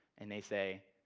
and they say,